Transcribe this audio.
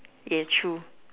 yeah true